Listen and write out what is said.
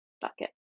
bucket